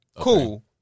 cool